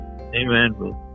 Amen